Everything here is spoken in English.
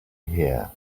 here